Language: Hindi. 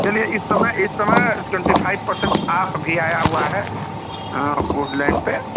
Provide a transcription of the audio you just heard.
चलिए इस समय इस समय ट्वेंटी फाइव पर्सेंट आफ भी आया हुआ है उडलैंड पर